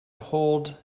hold